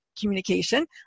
communication